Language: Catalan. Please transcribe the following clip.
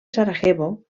sarajevo